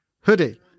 Hoodie